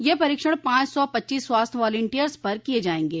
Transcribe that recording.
ये परीक्षण पांच सौ पच्चीस स्वस्थ वालंटियर्स पर किए जाएंगे